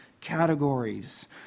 categories